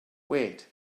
wait